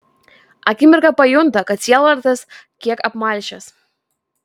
akimirką pajunta kad sielvartas kiek apmalšęs